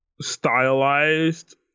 stylized